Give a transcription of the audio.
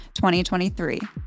2023